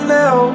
now